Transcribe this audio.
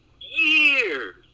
years